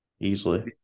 easily